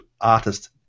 artist